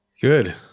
Good